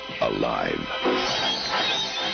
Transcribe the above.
alive